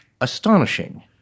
astonishing